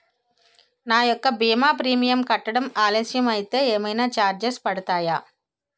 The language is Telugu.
నా యెక్క భీమా ప్రీమియం కట్టడం ఆలస్యం అయితే ఏమైనా చార్జెస్ పడతాయా?